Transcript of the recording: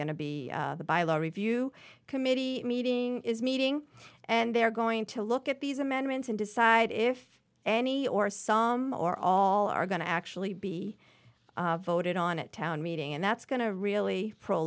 going to be the by law review committee meeting is meeting and they're going to look at these amendments and decide if any or some or all are going to actually be voted on at town meeting and that's going to really